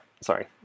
Sorry